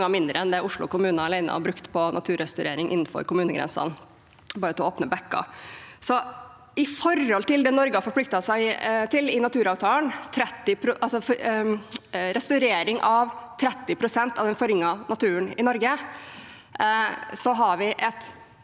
mindre enn det Oslo kommune alene har brukt på naturrestaurering innenfor kommunegrensene bare til å åpne bekker. Når det gjelder det Norge har forpliktet seg til i naturavtalen, altså restaurering av 30 pst. av den forringede naturen i Norge, har vi